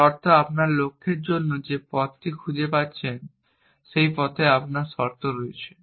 যার অর্থ আপনার লক্ষ্যের জন্য যে পথটি খুঁজে পাচ্ছেন সেই পথে আপনার শর্ত রয়েছে